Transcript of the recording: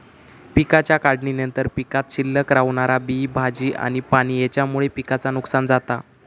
पिकाच्या काढणीनंतर पीकात शिल्लक रवणारा बी, भाजी आणि पाणी हेच्यामुळे पिकाचा नुकसान जाता